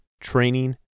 Training